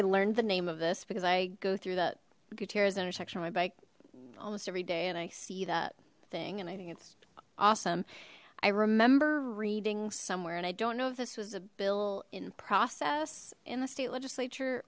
i learned the name of this because i go through that gutierrez intersection on my bike almost every day and i see that thing and i think it's awesome i remember reading somewhere and i don't know if this was a bill in process in the state legislature